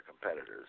competitors